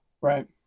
Right